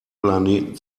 planeten